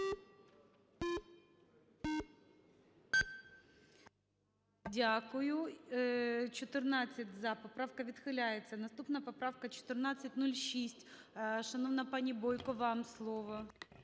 Дякую. 14 "за", поправка відхиляється. Наступна поправка – 1406. Шановна пані Бойко, вам слово.